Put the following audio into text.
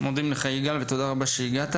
מודים לך, יגאל, ותודה רבה שהגעת.